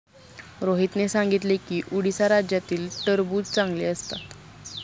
रोहितने सांगितले की उडीसा राज्यातील टरबूज चांगले असतात